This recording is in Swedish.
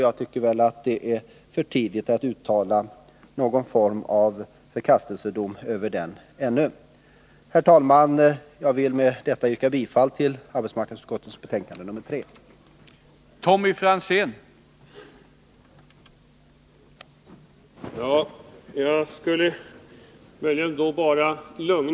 Jag tycker att det är för tidigt att uttala något slags förkastelsedom över den ännu. Herr talman! Jag vill med detta yrka bifall till arbetsmarknadsutskottets hemställan i betänkande nr 3.